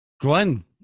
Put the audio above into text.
Glenn